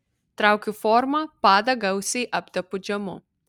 traukiu formą padą gausiai aptepu džemu